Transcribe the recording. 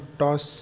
toss